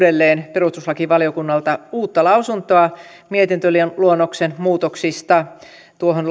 perustuslakivaliokunnalta uutta lausuntoa mietintöluonnoksen muutoksista tuohon